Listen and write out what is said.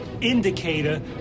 indicator